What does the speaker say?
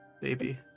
baby